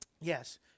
yes